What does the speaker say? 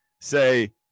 say